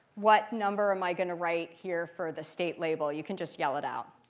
what number am i going to write here for the state label? you can just yell it out.